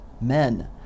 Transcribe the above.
men